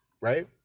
right